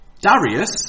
Darius